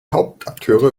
hauptakteure